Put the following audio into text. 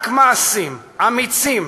רק מעשים אמיצים,